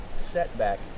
setback